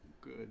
good